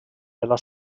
della